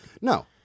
No